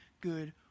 good